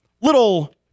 little